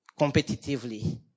competitively